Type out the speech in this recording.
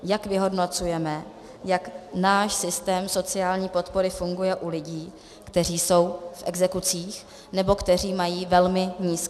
Jak vyhodnocujeme, jak náš systém sociální podpory funguje u lidí, kteří jsou v exekucích nebo kteří mají velmi nízké mzdy?